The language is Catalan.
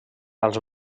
als